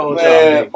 man